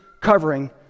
covering